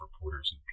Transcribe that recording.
reporters